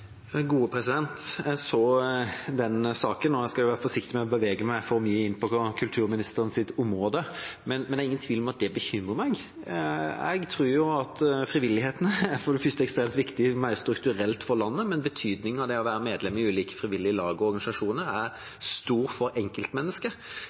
Jeg så den saken, og jeg skal være forsiktig med å bevege meg for mye inn på kulturministerens område. Men det er ingen tvil om at det bekymrer meg. Jeg tror frivilligheten for det første er ekstremt viktig mer strukturelt for landet, men betydningen av det å være medlem i ulike frivillige lag og organisasjoner